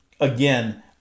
Again